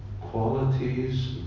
qualities